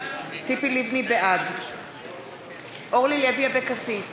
בעד אורלי לוי אבקסיס,